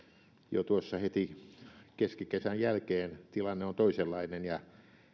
jo tuossa heti keskikesän jälkeen tilanne on toisenlainen ja